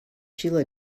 shiela